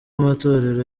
amatorero